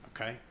Okay